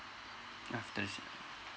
after